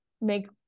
make